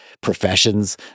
professions